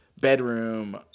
bedroom